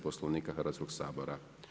Poslovnika Hrvatskog sabora.